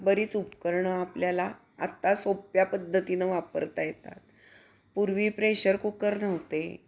बरीच उपकरणं आपल्याला आत्ता सोप्या पद्धतीनं वापरता येतात पूर्वी प्रेशर कुकर नव्हते